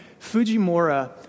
Fujimura